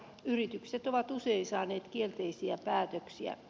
yritykset ovat usein saaneet kielteisiä päätöksiä